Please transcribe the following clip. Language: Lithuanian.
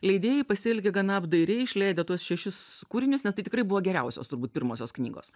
leidėjai pasielgė gana apdairiai išleidę tuos šešis kūrinius nes tai tikrai buvo geriausios turbūt pirmosios knygos